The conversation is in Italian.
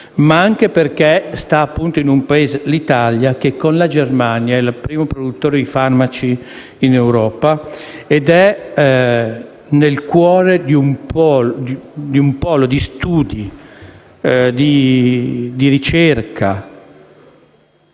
ma anche perché si trova in un Paese, l'Italia, che, con la Germania, è il primo produttore di farmaci in Europa e, per di più, nel cuore di un polo di studi, di ricerca